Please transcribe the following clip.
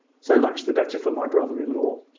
so much the better for my brother-in-law.